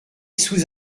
sous